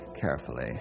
carefully